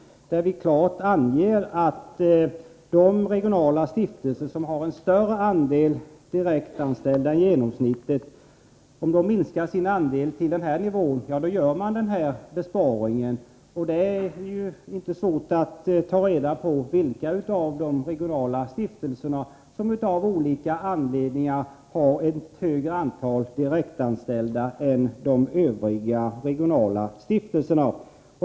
Vi anger där klart att om de regionala stiftelser som har en större andel direktanställda än genomsnittet minskar sin andel till denna nivå, gör man den besparing vi har föreslagit. Det är inte svårt att ta reda på vilka av de regionala stiftelserna som av olika anledningar har ett större antal direktanställda än de övriga regionala stiftelserna.